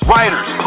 Writers